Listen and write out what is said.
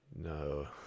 No